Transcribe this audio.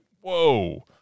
whoa